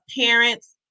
parents